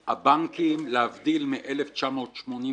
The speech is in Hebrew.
הבנקים, להבדיל מ-1981